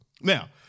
Now